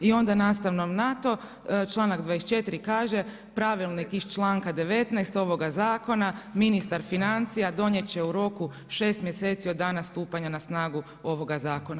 I onda nastavno na to, članak 24. kaže Pravilnik iz članka 19. ovoga zakona ministar financija donijet će u roku 6 mjeseci od dana stupanja na snagu ovoga zakona.